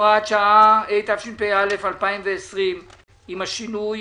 (הוראת שעה מס') התשפ"א-2020 עם השינוי